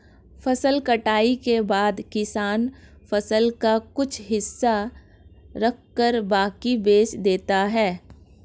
फसल कटाई के बाद किसान फसल का कुछ हिस्सा रखकर बाकी बेच देता है